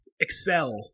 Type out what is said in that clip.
Excel